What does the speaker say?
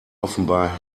offenbar